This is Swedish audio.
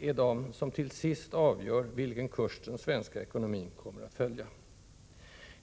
är de som till sist avgör vilken kurs den svenska ekonomin kommer att följa.